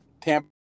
Tampa